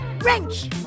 Wrench